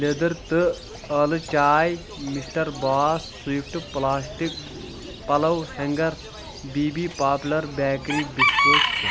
لیٚدٕر تہٕ ٲلہٕ چاے مِسٹر بوس سوِفٹ پٕلاسٹک پلو ہینٛگر بی بی پاپلر بیکری بِسکوٗٹ چھ